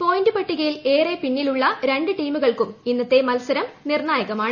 point പട്ടികയിൽ ഏറെ പിന്നിലുള്ള രണ്ടു ടീമുകൾക്കും ഇന്നത്തെ മത്സരം നിർണായകമാണ്